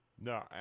No